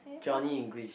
Johnny English